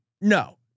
No